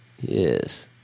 Yes